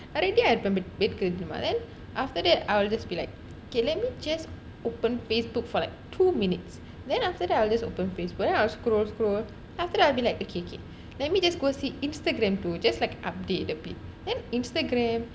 ready for bed then after that I will be just like okay let me just open facebook for like two minutes then after that I will just open facebook where scroll scroll after that I'll be like okay okay let me just go see instagram too just like update a bit then instagram